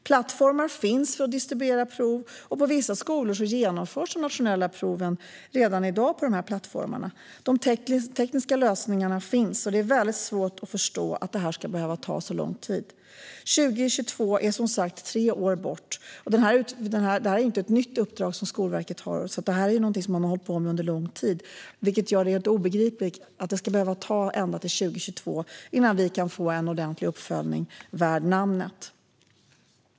Plattformar finns för att distribuera prov, och på vissa skolor genomförs de nationella proven redan i dag på dessa plattformar. De tekniska lösningarna finns alltså, så det är väldigt svårt att förstå att det ska behöva ta så lång tid. År 2022 är som sagt tre år bort. Det är inte heller ett nytt uppdrag som Skolverket har fått, utan detta är något som man har hållit på med under lång tid. Det gör att det blir helt obegripligt att det ska behöva dröja ända till 2022 innan vi kan få en ordentlig uppföljning värd namnet.